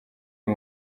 uyu